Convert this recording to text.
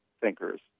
thinkers